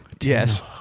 Yes